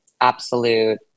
absolute